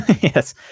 Yes